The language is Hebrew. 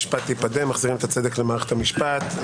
מחזירים את הצדק למערכת המשפט.